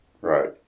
Right